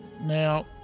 Now